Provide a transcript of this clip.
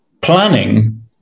planning